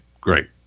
great